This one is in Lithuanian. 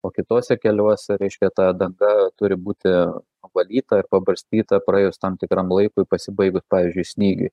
o kituose keliuose reiškia ta danga turi būti apvalyta ir pabarstyta praėjus tam tikram laikui pasibaigus pavyzdžiui snygiui